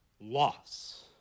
loss